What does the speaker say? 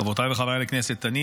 חברותיי וחבריי לכנסת,